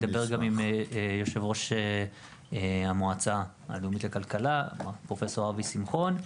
אני אדבר גם עם יושב-ראש המועצה הלאומית לכלכלה פרופ' אבי שמחון,